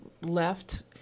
left